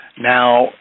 Now